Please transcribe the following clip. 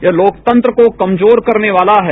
यहलोकतंत्र को कमजोर करने वाला है